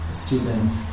students